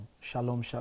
Shalom